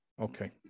Okay